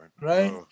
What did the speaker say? right